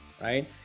Right